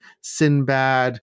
Sinbad